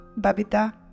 babita